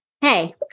Hey